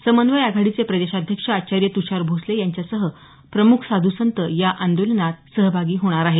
समन्वय आघाडीचे प्रदेशाध्यक्ष आचार्य त्षार भोसले यांच्यासह प्रमुख साधुसंत या आंदोलनास सहभागी होणार आहेत